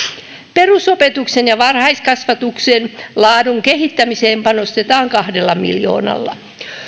perusopetuksen ja varhaiskasvatuksen laadun kehittämiseen panostetaan kahdella miljoonalla